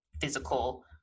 physical